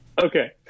Okay